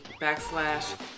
backslash